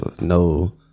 no